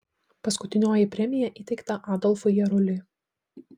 paskutinioji premija įteikta adolfui jaruliui